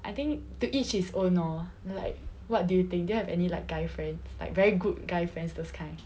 I think to each his own lor like what do you think do you have any like guy friends like very good guy friends those kind